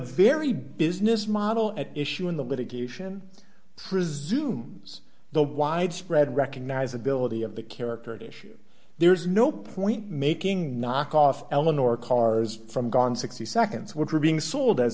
very business model at issue in the litigation presume the widespread recognizability of the character at issue there's no point making knockoffs eleanor cars from gone sixty seconds were being sold a